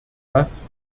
das